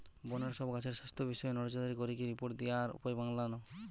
বনের সব গাছের স্বাস্থ্য বিষয়ে নজরদারি করিকি রিপোর্ট দিয়া আর উপায় বাৎলানা